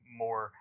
more